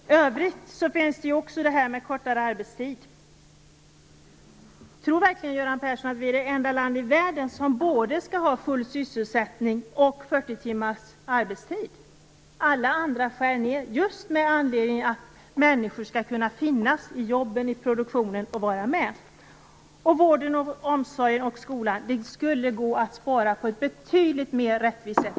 I övrigt finns också detta med kortare arbetstid. Tror verkligen Göran Persson att vi är det enda land i världen som skall ha både full sysselsättning och 40 timmars arbetstid? Alla andra skär ned just av det skälet att människor skall kunna finnas i jobben och vara med i produktionen. Inom vården, omsorgen och skolan skulle det gå att spara på ett betydligt mer rättvist sätt.